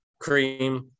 cream